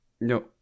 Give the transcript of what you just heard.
No